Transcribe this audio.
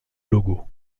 logo